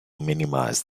minimize